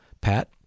Pat